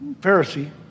Pharisee